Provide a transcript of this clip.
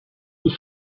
who